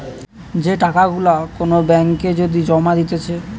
যে টাকা গুলা কোন ব্যাঙ্ক এ যদি জমা দিতেছে